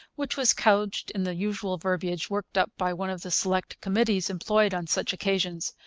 which was couched in the usual verbiage worked up by one of the select committees employed on such occasions.